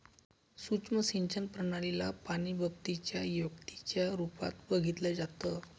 सुक्ष्म सिंचन प्रणाली ला पाणीबचतीच्या युक्तीच्या रूपात बघितलं जातं